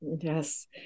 Yes